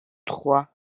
trois